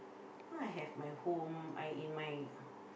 all I have my home I in my